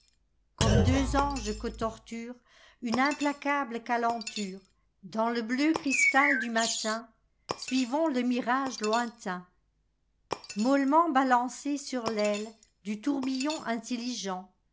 comme deux anges que tortureune implacable calenture dans le bleu cristal du matinsuivons le mirage lointain l mollement balancés sur l'ailedu tourbillon intelligent